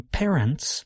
parents